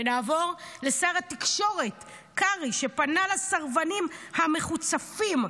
נעבור לשר התקשורת קרעי, שפנה לסרבנים המחוצפים,